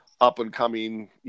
up-and-coming